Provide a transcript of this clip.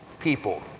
people